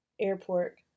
airport